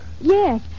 Yes